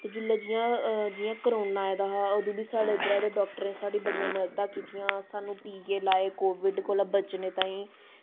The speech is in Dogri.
ते जिसलै जियां जियां करोना आए दा हा अदूं बी साढ़े इद्धरा दे डाक्टरें साढ़ियां बड़ियां मददां कीतियां सानूं टीके लाओ कोविड कोला बचने ताईं